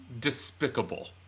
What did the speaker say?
Despicable